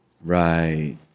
right